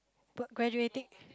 but graduating